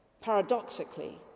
Paradoxically